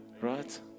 right